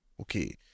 okay